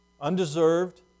Undeserved